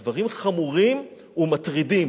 הדברים חמורים ומטרידים.